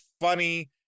funny